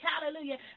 Hallelujah